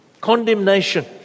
Condemnation